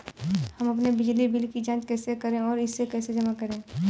हम अपने बिजली बिल की जाँच कैसे और इसे कैसे जमा करें?